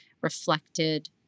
reflected